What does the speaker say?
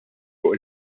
fuq